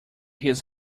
his